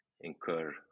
incur